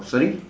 sorry